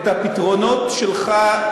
את הפתרונות שלך,